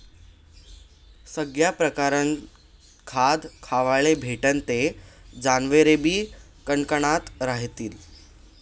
सगया परकारनं खाद्य खावाले भेटनं ते जनावरेबी कनकनात रहातीन